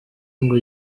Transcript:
ngo